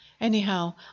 Anyhow